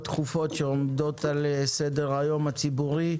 דחופות שעומדות על סדר היום הציבורי.